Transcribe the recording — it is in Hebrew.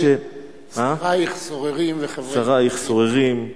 "שרייך סוררים".